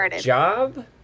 job